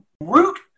root